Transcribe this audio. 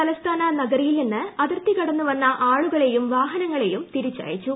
തലസ്ഥാന നഗരിയിൽ നിന്ന് അതിർത്തി കടന്നു വന്ന ആളുകളെയും വാഹനങ്ങളെയും തിരിച്ചയച്ചു